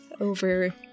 over